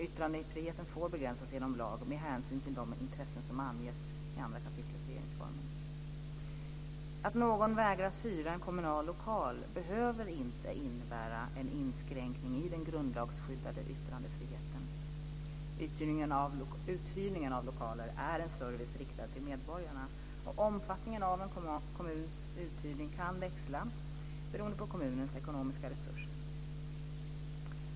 Yttrandefriheten får begränsas genom lag med hänsyn till de intressen som anges i 2 kap. regeringsformen. Att någon vägras hyra en kommunal lokal behöver inte innebära en inskränkning i den grundlagsskyddade yttrandefriheten. Uthyrningen av lokaler är en service riktad till medborgarna. Omfattningen av en kommuns uthyrning kan växla beroende på kommunens ekonomiska resurser.